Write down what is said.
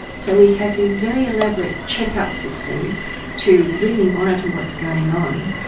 so we have these very elaborate check-up systems to really monitor what's going on,